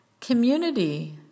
Community